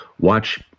watch